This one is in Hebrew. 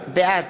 בעד